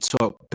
talk